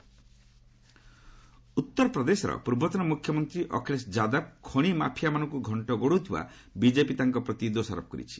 BJP Akhilesh Yadav ଉତ୍ତର ପ୍ରଦେଶର ପୂର୍ବତନ ମୁଖ୍ୟମନ୍ତ୍ରୀ ଅଖିଳେଶ ଯାଦବ ଖଣି ମାଫିଆମାନଙ୍କ ଘଣ୍ଟ ଘୋଡାଉଥିବା ବିଜେପି ତାଙ୍କ ପ୍ରତି ଦୋଷାରୋପ କରିଛି